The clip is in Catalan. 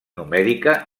numèrica